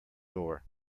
door